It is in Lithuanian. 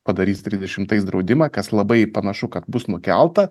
padarys trisdešimtais draudimą kas labai panašu kad bus nukelta